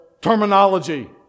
terminology